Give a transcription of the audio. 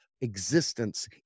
existence